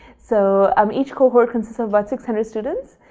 so um each cohort consist of about six hundred students.